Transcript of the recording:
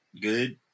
good